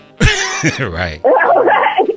Right